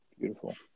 beautiful